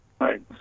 Right